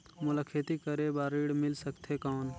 मोला खेती करे बार ऋण मिल सकथे कौन?